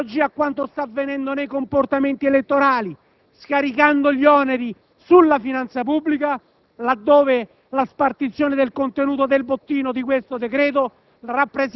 in analogia a quanto sta avvenendo nei comportamenti elettorali, scaricando gli oneri sulla finanza pubblica laddove la spartizione del contenuto del bottino di questo decreto